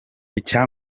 icya